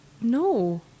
No